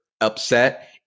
upset